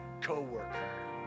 co-worker